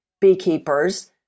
beekeepers